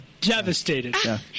devastated